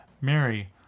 Mary